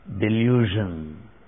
delusion